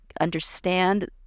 understand